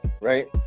Right